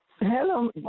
Hello